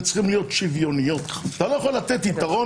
אני רוצה לשאול שוב מה מערכת ההפרדה בין